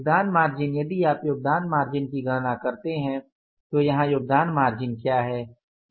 योगदान मार्जिन यदि आप योगदान मार्जिन की गणना करते हैं तो यहां योगदान मार्जिन क्या है